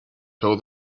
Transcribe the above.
told